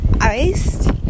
iced